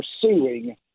pursuing